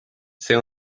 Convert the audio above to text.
see